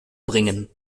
bringen